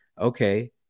okay